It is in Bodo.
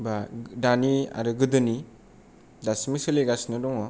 बा दानि आरो गोदोनि दासिमबो सोलिगासिनो दङ